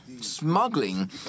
smuggling